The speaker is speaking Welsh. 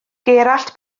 gerallt